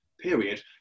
period